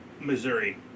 Missouri